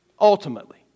Ultimately